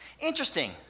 interesting